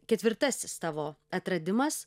ketvirtasis tavo atradimas